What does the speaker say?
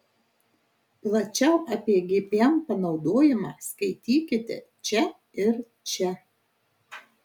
plačiau apie gpm panaudojimą skaitykite čia ir čia